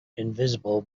invisible